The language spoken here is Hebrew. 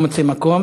לא מוצא מקום.